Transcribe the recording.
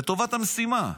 לטובת המשימה,